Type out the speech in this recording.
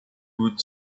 would